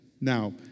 now